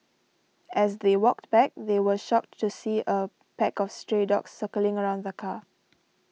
as they walked back they were shocked to see a pack of stray dogs circling around the car